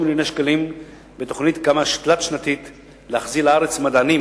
מיליוני שקלים בתוכנית תלת-שנתית להחזרת מדענים